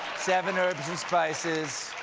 seven herbs and spices.